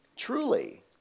Truly